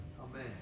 Amen